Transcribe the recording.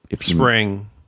Spring